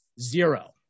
zero